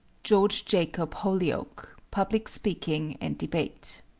george jacob holyoake, public speaking and debate.